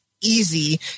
easy